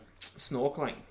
snorkeling